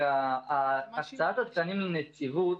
הפסקנו פעילות אלקטיבית,